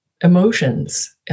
emotions